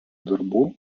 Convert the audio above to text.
darbų